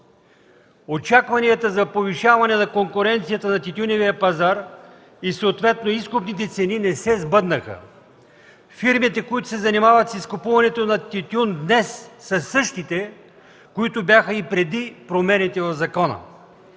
Очакванията за повишаване на конкуренцията на тютюневия пазар и съответно изкупните цени не се сбъднаха. Фирмите, които се занимават с изкупуването на тютюн, днес са същите, които бяха и преди промените в закона.